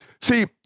See